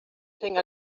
thing